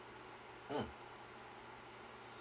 mm